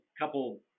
couple